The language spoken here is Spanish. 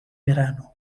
verano